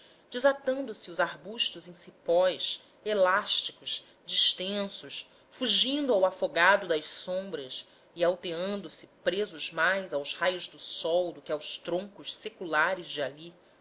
luz desatando se os arbustos em cipós elásticos distensos fugindo ao afogado das sombras e alteando se presos mais aos raios do sol do que aos troncos seculares ali